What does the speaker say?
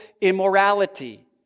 immorality